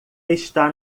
está